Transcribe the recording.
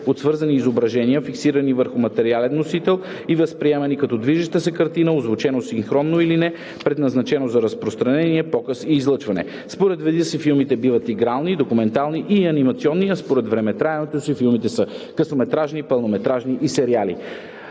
от свързани изображения, фиксирани върху материален носител и възприемани като движеща се картина, озвученo синхронно или не, предназначено за разпространение, показ и излъчване. Според вида си филмите биват: игрални, документални и анимационни, а според времетраенето си филмите са късометражни, пълнометражни и сериали.“